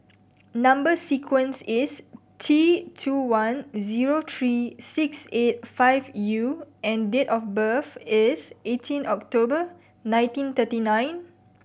number sequence is T two one zero three six eight five U and date of birth is eighteen October nineteen thirty nine